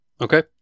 Okay